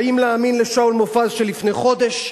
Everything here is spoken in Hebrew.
האם להאמין לשאול מופז של לפני חודש?